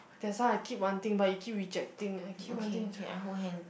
that's why I keep wanting but you keep rejecting I keep wanting to